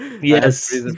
Yes